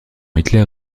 hitler